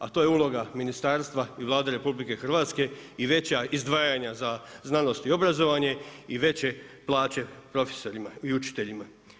A to je uloga ministarstva i Vlade RH i veća izdvajanja za znanost i obrazovanje i veće plaće profesorima i učiteljima.